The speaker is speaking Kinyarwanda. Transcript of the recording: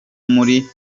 muri